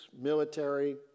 military